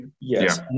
Yes